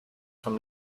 from